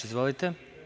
Izvolite.